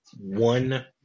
one